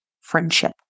friendship